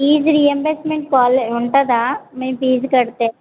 fee reimbursement కాలే ఉంటుందా మేము ఫీజ్ కడితే